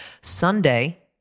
Sunday